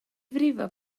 frifo